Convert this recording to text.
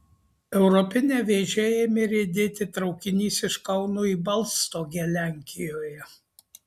europine vėže ėmė riedėti traukinys iš kauno į balstogę lenkijoje